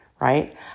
right